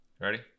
Ready